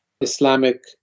Islamic